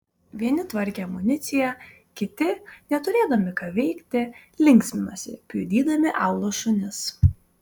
vieni tvarkė amuniciją kiti neturėdami ką veikti linksminosi pjudydami aūlo šunis